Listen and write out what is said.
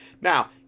Now